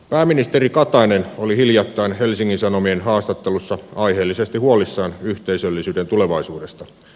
pääministeri katainen oli hiljattain helsingin sanomien haastattelussa aiheellisesti huolissaan yhteisöllisyyden tulevaisuudesta